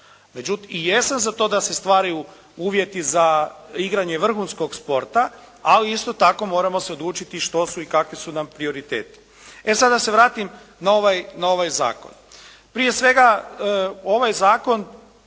sport i jesam za to da se stvaraju uvjeti za igranje vrhunskog sporta, ali isto tako moramo se odlučiti što su i kakvi su nam prioriteti. E sada da se vratim na ovaj zakon. Prije svega ovaj zakon,